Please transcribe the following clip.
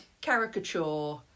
caricature